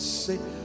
say